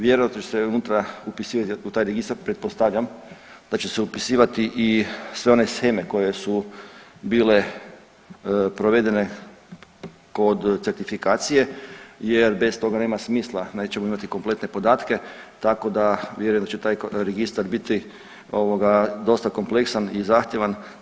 Vjerojatno će se unutra upisivati u taj registar, pretpostavljam, da će se upisivati i sve one sheme koje su bile provedene kod certifikacije jer bez toga nema smisla, nećemo imati kompletne podatke, tako da vjerujemo da će taj registar biti dosta kompleksan i zahtjevan.